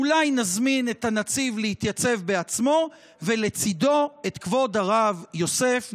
אולי נזמין את הנציב להתייצב בעצמו ולצידו את כבוד הרב יוסף,